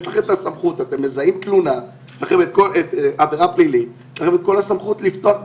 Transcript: כאשר אתם מזהים עבירה פלילית יש לכם את כל הסמכות לפתוח בחקירה.